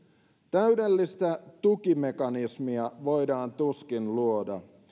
täydellistä tukimekanismia voidaan tuskin luoda